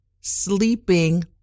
sleeping